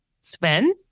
Sven